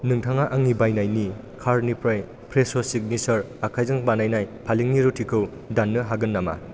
नोंथाङा आंनि बायनायनि कार्टनिफ्राय फ्रेस' सिगनेसार आखायजों बानायनाय पालेंनि रुटिखौ दाननो हागोन नामा